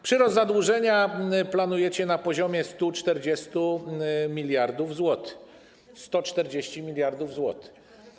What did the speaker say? Przyrost zadłużenia planujecie na poziomie 140 mld zł. 140 mld zł.